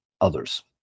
others